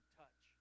touch